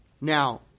Now